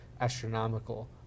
astronomical